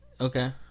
Okay